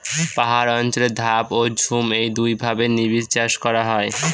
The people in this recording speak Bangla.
পাহাড় অঞ্চলে ধাপ ও ঝুম এই দুইভাবে নিবিড়চাষ করা হয়